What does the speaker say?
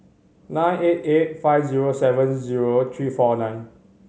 nine eight eight five zero seven zero three four nine